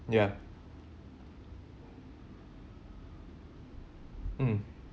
ya mm